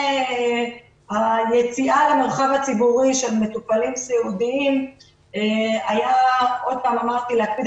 היציאה למרחב הציבורי של מטופלים סיעודיים הייתה להקפיד